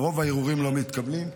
רוב הערעורים לא מתקבלים.